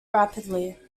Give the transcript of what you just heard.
rapidly